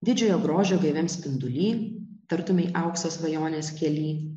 didžiojo grožio gaiviam spinduly tartumei aukso svajonės kely